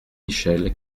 michel